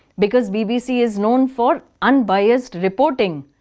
because bbc is known for unbiased reporting.